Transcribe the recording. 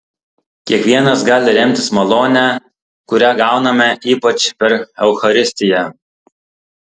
kiekvienas gali remtis malone kurią gauname ypač per eucharistiją